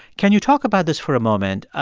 can you talk about this for a moment?